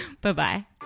Bye-bye